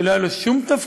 כשלא היה לו שום תפקיד,